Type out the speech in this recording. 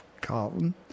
Carlton